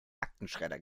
aktenschredder